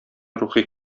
рухи